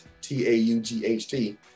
T-A-U-G-H-T